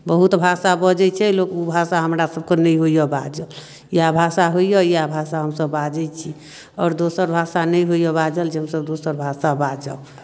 बहुत भाषा बजै छै लोक ओ भाषा हमरासभकेँ नहि होइए बाजल इएह भाषा होइए इएह भाषा हमसभ बाजै छी आओर दोसर भाषा नहि होइए बाजल जे हमसभ दोसर भाषा बाजब